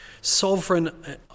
sovereign